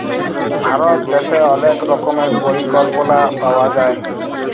ভারত দ্যাশে অলেক রকমের পরিকল্পলা পাওয়া যায়